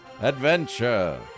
adventure